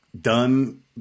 Done